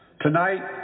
Tonight